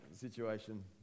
situation